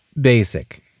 basic